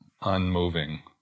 unmoving